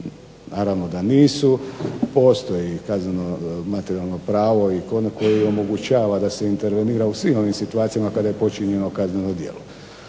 naravno da nisu, postoji i kazneno materijalno pravo koje omogućava da se intervenira u svim ovim situacijama kada je počinjeno kazneno djelo.